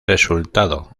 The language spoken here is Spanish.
resultado